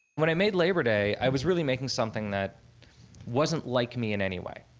when i made labor day, i was really making something that wasn't like me in anyway.